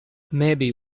maybe